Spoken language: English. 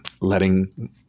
letting